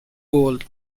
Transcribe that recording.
old